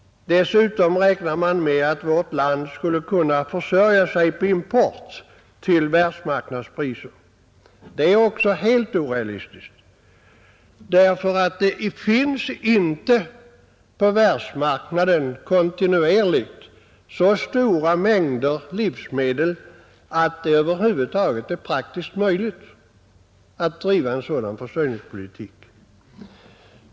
Dessutom räknar man med att vårt land skulle kunna försörja sig på import till världsmarknadspriser. Det är också helt orealistiskt, därför att det finns inte på världsmarknaden kontinuerligt så stora mängder livsmedel att det över huvud taget är praktiskt möjligt att bedriva en sådan försörjningspolitik.